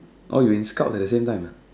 oh you in Scouts at the same time